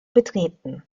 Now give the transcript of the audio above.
betreten